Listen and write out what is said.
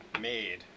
made